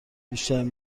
بیشترین